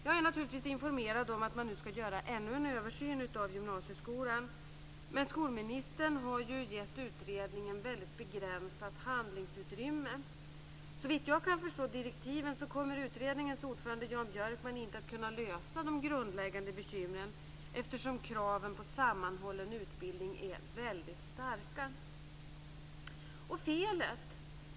Jag är naturligtvis informerad om att man nu ska göra ännu en översyn av gymnasieskolan, men skolministern har ju gett utredningen ett väldigt begränsat handlingsutrymme. Såvitt jag kan förstå av direktiven kommer utredningens ordförande Jan Björkman inte att kunna lösa de grundläggande problemen, eftersom kraven på sammanhållen utbildning är väldigt stränga.